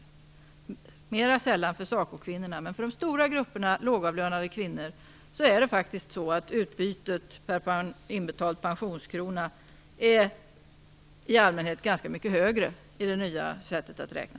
Det är så mera sällan för SACO kvinnorna, men för de stora grupperna lågavlönade kvinnor är utbytet per inbetald pensionskrona i allmänhet ganska mycket högre i det nya sättet att räkna.